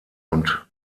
und